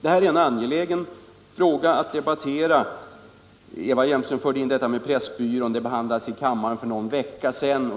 Eva Hjelmström tog upp frågan om Pressbyrån, som behandlades i kammaren för någon vecka sedan.